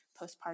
postpartum